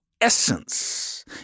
essence